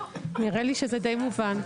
נראה לי שזה די מובן.